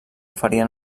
ferien